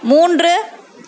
மூன்று